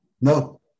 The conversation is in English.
No